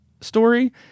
story